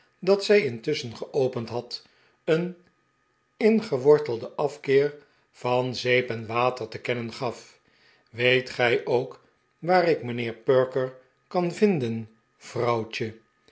dat zij intusschen geopend had een ingewortelden afkeer van zeep en water te kennen gal weet gij opk waar ik mijnheer perker vinden